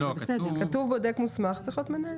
כתוב בודק מוסמך וצריך להיות מנהל.